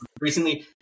recently